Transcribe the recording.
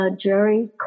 Jerry